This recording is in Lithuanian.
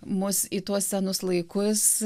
mus į tuos senus laikus